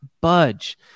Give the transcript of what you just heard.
budge